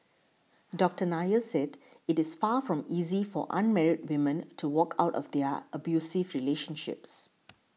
Doctor Nair said it is far from easy for unmarried women to walk out of their abusive relationships